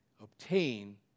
obtain